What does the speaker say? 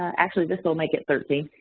actually, this will make it thirteen,